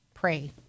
Pray